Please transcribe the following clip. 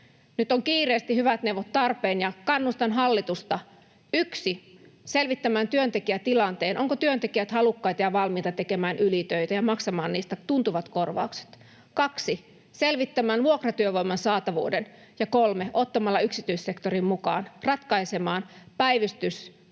Nyt ovat kiireesti hyvät neuvot tarpeen, ja kannustan hallitusta 1) selvittämään työntekijätilanteen, ovatko työntekijät halukkaita ja valmiita tekemään ylitöitä ja ollaanko valmiita maksamaan niistä tuntuvat korvaukset, 2) selvittämään vuokratyövoiman saatavuuden ja 3) ottamaan yksityissektorin mukaan ratkaisemaan päivystyspommia,